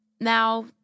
Now